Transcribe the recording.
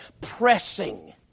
pressing